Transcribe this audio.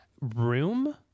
room